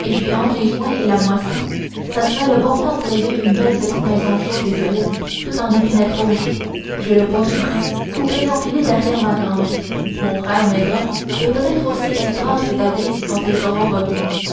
et puis entre les foins et la moisson ça serait le bon temps pour élever une belle petite maison chaude et solide toute en épinette rouge j'ai le bois tout prêt coupé empilé derrière ma grange mon frère m'aidera et peut-être aussi esdras et da'bé quand ils seront revenus